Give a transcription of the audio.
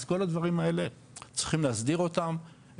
אז כל הדברים האלה צריך להסדיר אותם,